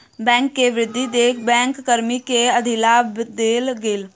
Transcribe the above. bank के वृद्धि देख बैंक कर्मी के अधिलाभ देल गेल